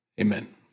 Amen